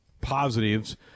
positives